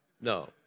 No